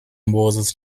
moses